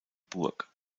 burg